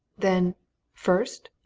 then first?